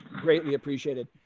greatly appreciated.